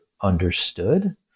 understood